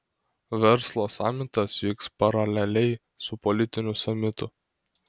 verslo samitas vyks paraleliai su politiniu samitu